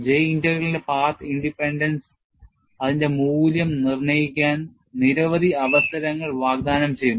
J ഇന്റഗ്രലിന്റെ path independence അതിന്റെ മൂല്യം നിർണ്ണയിക്കാൻ നിരവധി അവസരങ്ങൾ വാഗ്ദാനം ചെയ്യുന്നു